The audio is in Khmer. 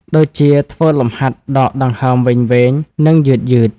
ដូចជា ធ្វើលំហាត់ដកដង្ហើមវែងៗ និងយឺតៗ។